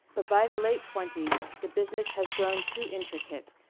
but by the late twenties the business has grown too intricate,